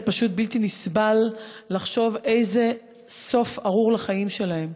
זה פשוט בלתי נסבל לחשוב איזה סוף ארור לחיים שלהם.